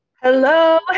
hello